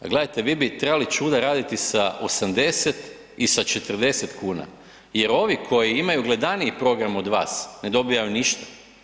Pa gledajte vi bi trebali čuda raditi sa 80 i sa 40 kuna jer ovi koji imaju gledaniji program od vas ne dobivaju ništa.